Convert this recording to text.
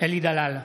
אלי דלל,